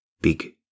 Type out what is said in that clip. big